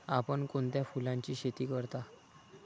आपण कोणत्या फुलांची शेती करता?